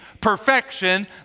perfection